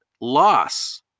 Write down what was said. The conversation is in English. loss